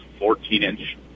14-inch